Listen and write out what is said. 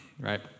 right